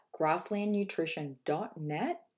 grasslandnutrition.net